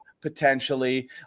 potentially